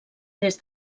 des